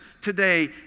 today